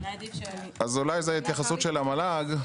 אולי זו התייחסות של המל"ג.